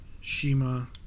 Shima